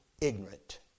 ignorant